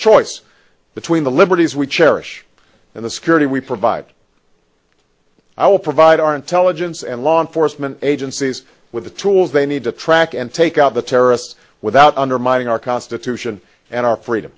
choice between the liberties we cherish and the security we provide i will provide our intelligence and law enforcement agencies with the tools they need to track and take out the terrorists without undermining our constitution and our freedom